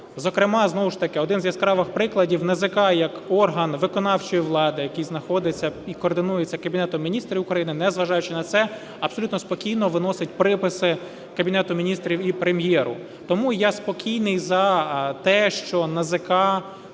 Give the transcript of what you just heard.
Зокрема, знову ж таки один з яскравих прикладів. НАЗК як орган виконавчої влади, який знаходиться і координується Кабінетом Міністрів України, незважаючи на це, абсолютно спокійно виносить приписи Кабінету Міністрів і Прем'єру. Тому я спокійний за те, що НАЗК